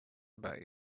about